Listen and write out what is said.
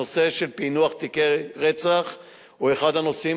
הנושא של פענוח תיקי רצח הוא אחד הנושאים